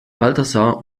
balthasar